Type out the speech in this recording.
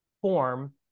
form